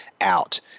out